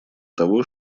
того